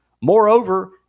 Moreover